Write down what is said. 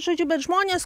žodžiu bet žmonės